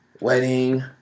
wedding